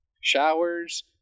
showers